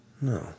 No